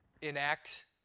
enact